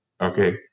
Okay